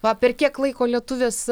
va per kiek laiko lietuvės